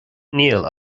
níl